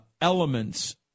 elements